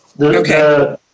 Okay